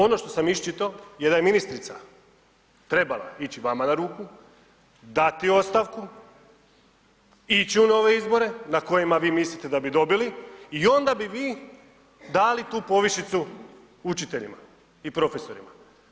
Ono što sam iščitao je da je ministrica trebala ići vama na ruku, dati ostavku, ići u nove izbore na kojima vi mislite da dobili i onda bi vi dali tu povišicu učiteljima i profesorima.